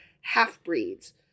half-breeds